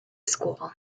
school